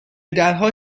درها